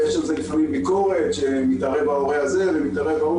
ויש על זה לפעמים ביקורת שמתערב ההורה הזה ומתערב ההוא,